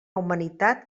humanitat